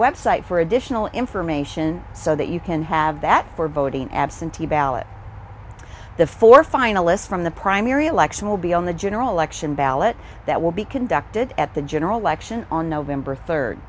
website for additional information so that you can have that for voting absentee ballot the four finalists from the primary election will be on the general election ballot that will be conducted at the general election on november third